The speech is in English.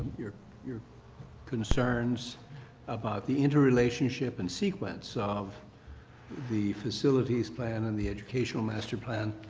your your concerns about the interrelationship and sequence of the facilities plan and the educational master plan.